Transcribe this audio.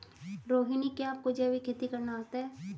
रोहिणी, क्या आपको जैविक खेती करना आता है?